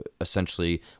essentially